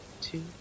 Two